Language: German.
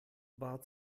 war